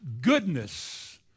goodness